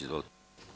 Izvolite.